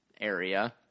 area